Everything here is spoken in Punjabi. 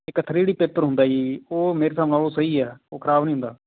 ਇੱਕ ਥ੍ਰੀ ਡੀ ਪੇਪਰ ਹੁੰਦਾ ਜੀ ਉਹ ਮੇਰੇ ਹਿਸਾਬ ਨਾਲ ਉਹ ਸਹੀ ਹੈ ਉਹ ਖਰਾਬ ਨਹੀ ਹੁੰਦਾ